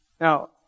Now